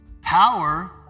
power